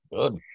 Good